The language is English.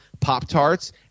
Pop-Tarts